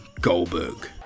Goldberg